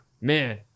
man